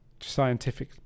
scientific